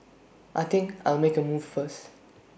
I think I'll make A move first